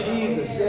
Jesus